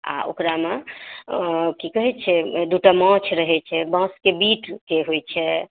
आ ओकरामे की कहैत छै दूटा माछ रहैत छै बांँसकेँ बिटकेँ होइत छै